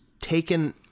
taken